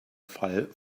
fall